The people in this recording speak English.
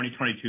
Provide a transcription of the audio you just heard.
2022